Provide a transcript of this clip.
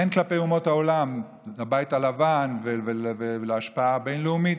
הן כלפי אומות העולם, הבית הלבן והשפעה בין-לאומית